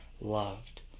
loved